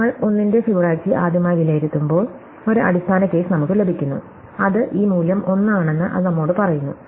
നമ്മൾ 1 ന്റെ ഫിബൊനാച്ചി ആദ്യമായി വിലയിരുത്തുമ്പോൾ ഒരു അടിസ്ഥാന കേസ് നമുക്ക് ലഭിക്കുന്നു അത് ഈ മൂല്യം 1 ആണെന്ന് അത് നമ്മോട് പറയുന്നു